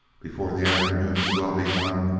before the afternoon was well begun,